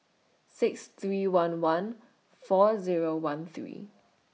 six three one one four Zero one three